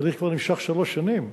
התהליך כבר נמשך כבר שלוש שנים,